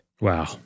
Wow